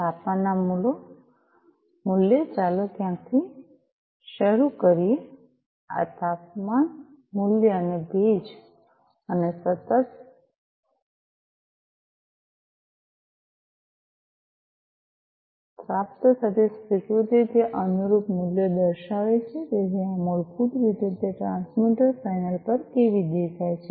તાપમાન મૂલ્ય ચાલો ક્યાંકથી શરૂ કરીએ આ તાપમાન મૂલ્ય અને ભેજ અને સતત પ્રાપ્ત થતી સ્વીકૃતિ તે અનુરૂપ મૂલ્યો દર્શાવે છે તેથી આ મૂળભૂત રીતે તે ટ્રાન્સમીટર પેનલ પર કેવી દેખાય છે